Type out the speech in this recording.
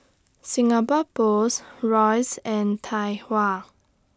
Singapore Post Royce and Tai Hua